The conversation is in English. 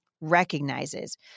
recognizes